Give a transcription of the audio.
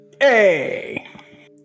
Hey